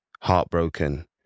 heartbroken